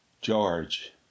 George